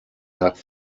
nach